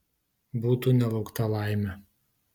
būtų nelaukta laimė